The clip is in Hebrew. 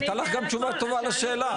והייתה לך גם תשובה טובה לשאלה,